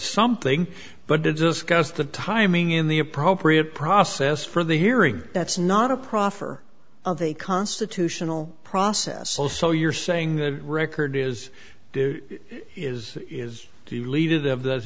something but to discuss the timing in the appropriate process for the hearing that's not a proffer of a constitutional process oh so you're saying that record is is is the lead of th